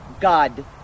God